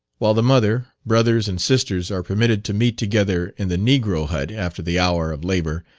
while the mother, brothers, and sisters are permitted to meet together in the negro hut after the hour of labour,